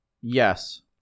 Yes